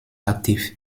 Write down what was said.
aktiv